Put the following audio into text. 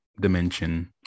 dimension